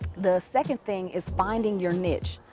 the second thing is finding your niche.